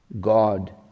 God